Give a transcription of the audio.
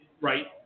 Right